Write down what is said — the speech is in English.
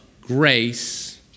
grace